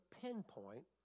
pinpoint